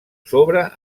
sobre